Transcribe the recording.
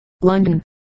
London